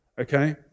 Okay